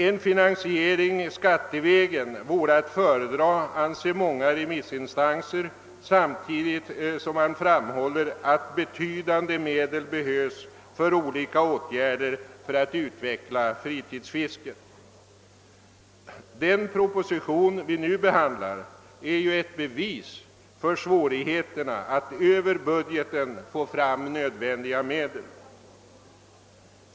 En finansiering skattevägen vore att föredra, anser många remissinstanser samtidigt som man framhåller att betydande medel behövs för olika åtgärder i syfte att utveckla fritidsfisket. Den proposition vi nu behandlar är ett bevis på svårigheterna att över budgeten få fram nödvändiga medel.